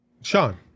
Sean